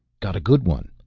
got a good one.